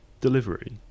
delivery